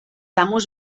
amos